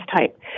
type